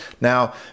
now